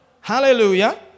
Hallelujah